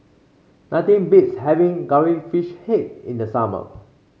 nothing beats having Curry Fish Head in the summer